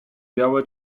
białe